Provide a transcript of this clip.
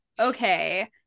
Okay